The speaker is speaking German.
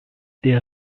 der